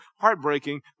heartbreaking